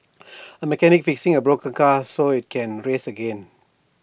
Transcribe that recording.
A mechanic fixing A broken car so IT can race again